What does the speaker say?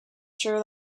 sure